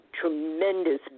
tremendous